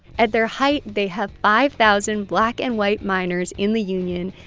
at their height, they have five thousand black and white miners in the union.